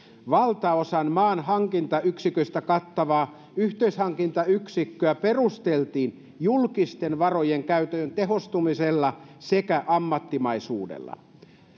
valtaosan maan hankintayksiköistä kattavaa yhteishankintayksikköä perusteltiin julkisten varojen käytön tehostumisella sekä ammattimaisuudella